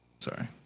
Sorry